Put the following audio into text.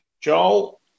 Joel